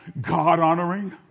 God-honoring